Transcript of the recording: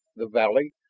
the valley,